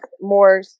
more